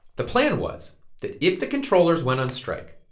the plan was that if the controllers went on strike,